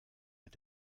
mit